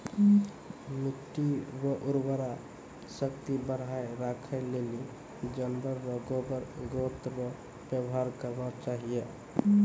मिट्टी रो उर्वरा शक्ति बढ़ाएं राखै लेली जानवर रो गोबर गोत रो वेवहार करना चाहियो